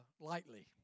lightly